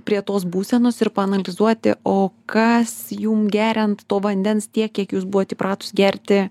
prie tos būsenos ir paanalizuoti o kas jum geriant to vandens tiek kiek jūs buvote įpratus gerti